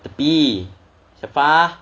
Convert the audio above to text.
tepi shafa tepi